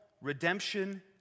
redemption